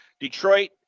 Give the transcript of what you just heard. Detroit